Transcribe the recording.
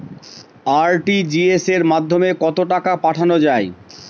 RTGS এর মাধ্যমে কত টাকা পাঠানো যায়?